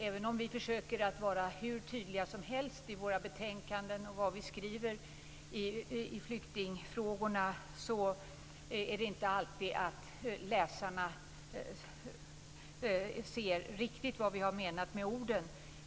Även om vi försöker vara hur tydliga som helst i våra betänkanden och det vi skriver i flyktingfrågorna ser inte läsarna alltid riktigt vad vi har menat med orden.